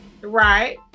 right